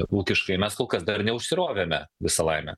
ūkiškai mes kol kas dar neužsirovėme visa laimė